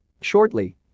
Shortly